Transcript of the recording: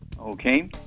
Okay